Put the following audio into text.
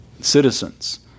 citizens